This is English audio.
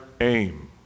aim